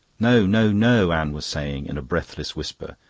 no, no, no, anne was saying in a breathless whisper,